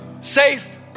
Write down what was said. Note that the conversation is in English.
safe